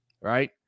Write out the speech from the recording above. Right